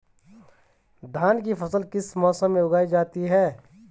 धान की फसल किस मौसम में उगाई जाती है?